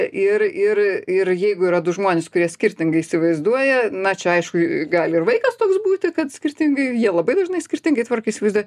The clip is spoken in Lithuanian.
ir ir ir jeigu yra du žmonės kurie skirtingai įsivaizduoja na čia aišku gali ir vaikas toks būti kad skirtingai jie labai dažnai skirtingai tvarką įsivaizduoja